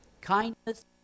Kindness